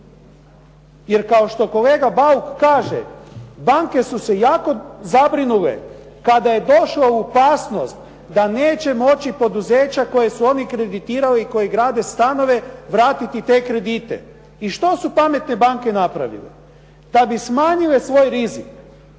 Jer kao što kolega Bauk kaže, banke su se jako zabrinule kada je došlo u opasnost da neće moći poduzeća koje su oni kreditirali i koje grade stanove vratiti te kredite. I što su pametne banke napravile? Da bi smanjile svoj rizik,